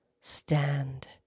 stand